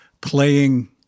playing